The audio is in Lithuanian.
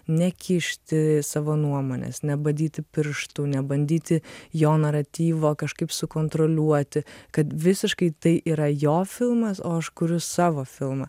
nekišti savo nuomonės nebadyti pirštu nebandyti jo naratyvo kažkaip sukontroliuoti kad visiškai tai yra jo filmas o aš kuriu savo filmą